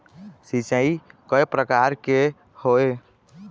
सिचाई कय प्रकार के होये?